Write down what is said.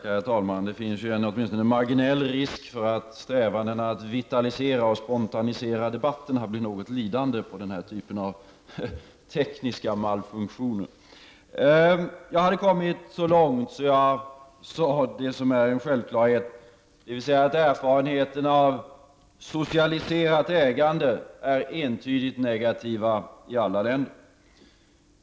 Herr talman! Det finns en åtminstone marginell risk för att strävandena att vitalisera och spontanisera debatterna blir något lidande genom denna typ av tekniska malfunktioner. Erfarenheterna av ett socialiserat ägande är som jag sade tidigare entydigt negativa i alla länder.